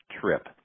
trip